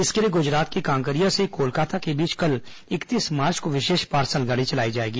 इसके लिए गुजरात के कांकरिया से कोलकाता के बीच कल इकतीस मार्च को विशेष पार्सल गाड़ी चलाई जाएगी